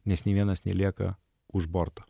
nes nei vienas nelieka už borto